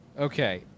Okay